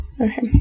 Okay